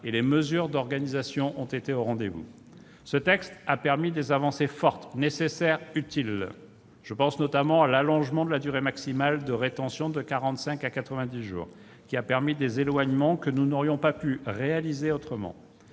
et les mesures d'organisation ont été au rendez-vous. Ce texte a permis des avancées fortes, nécessaires, utiles. Je pense notamment à l'allongement de la durée maximale de rétention de quarante-cinq à quatre-vingt-dix jours, qui a permis des éloignements que nous n'aurions pas pu réaliser autrement.